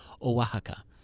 Oaxaca